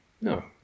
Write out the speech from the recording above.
No